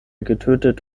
getötet